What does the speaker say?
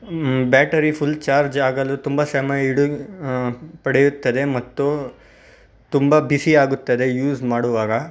battery full charge ಆಗಲು ತುಂಬ ಸಮಯ ಇಡು ಪಡೆಯುತ್ತದೆ ಮತ್ತು ತುಂಬ ಬಿಸಿಯಾಗುತ್ತದೆ ಯೂಸ್ ಮಾಡುವಾಗ